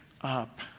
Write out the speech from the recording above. up